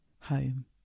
home